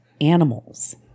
animals